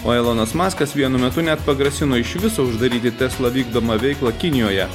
o elonas maskas vienu metu net pagrasino iš viso uždaryti tesla vykdomą veiklą kinijoje